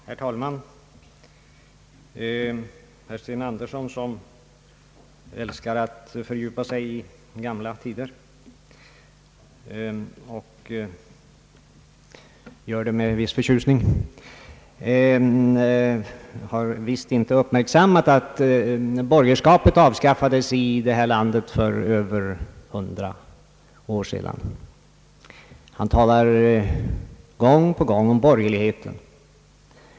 Herr talman! Herr Sten Andersson, som älskar att fördjupa sig i gamla tider och gör det med en viss förtjusning, har visst inte uppmärksammat att borgerskapet avskaffades i det här landet för över hundra år sedan. Han talar gång på gång om borgerligheten.